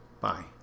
Bye